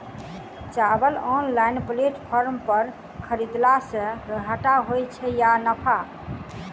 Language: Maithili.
चावल ऑनलाइन प्लेटफार्म पर खरीदलासे घाटा होइ छै या नफा?